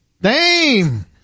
Dame